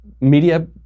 media